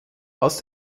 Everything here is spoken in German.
als